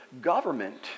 government